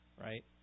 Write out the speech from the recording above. right